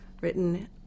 written